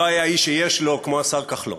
לא היה איש שיש לו כמו השר כחלון.